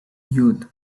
judd